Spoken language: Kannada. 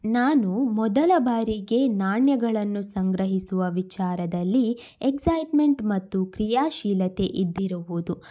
ನಾನು ಮೊದಲ ಬಾರಿಗೆ ನಾಣ್ಯಗಳನ್ನು ಸಂಗ್ರಹಿಸುವ ವಿಚಾರದಲ್ಲಿ ಎಕ್ಸೈಟ್ಮೆಂಟ್ ಮತ್ತು ಕ್ರಿಯಾಶೀಲತೆ ಇದ್ದಿರುವುದು